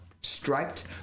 striped